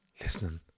listening